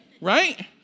right